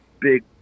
big